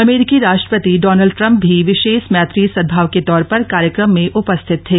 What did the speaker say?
अमेरीकी राष्ट्रपति Donald Trump भी विशेष मैत्री सदभाव के तौर पर कार्यक्रम में उपस्थित थे